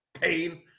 pain